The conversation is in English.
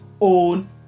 own